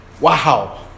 Wow